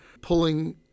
pulling